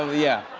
yeah.